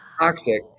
toxic